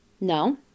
No